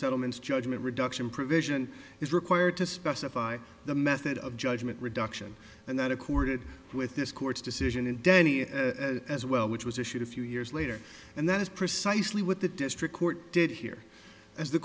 settlements judgment reduction provision is required to specify the method of judgment reduction and that accorded with this court's decision in denny as well which was issued a few years later and that is precisely what the district court did here as the